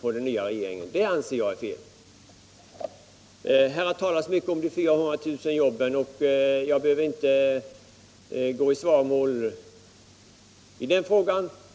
på den nya regeringen. Det tycker jag är fel. Det har talats mycket om de 400 000 nya jobben, och jag behöver inte gå i svaromål i den frågan.